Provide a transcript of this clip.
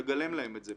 לגלם להם את זה,